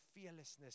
fearlessness